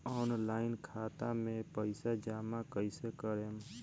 Online खाता मे पईसा जमा कइसे करेम?